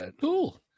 cool